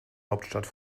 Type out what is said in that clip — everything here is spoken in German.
hauptstadt